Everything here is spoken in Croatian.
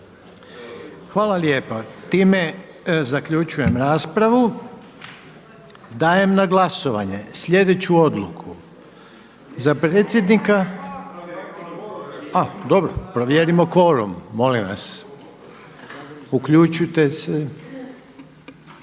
Hvala lijepa. Time zaključujem raspravu. Dajem na glasovanje sljedeću odluku. Za predsjednika, a dobro. Provjerimo kvorum. Molim vas uključite se.